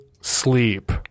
sleep